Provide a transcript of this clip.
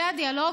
זה הדיאלוג